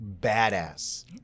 badass